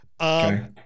Okay